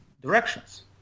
directions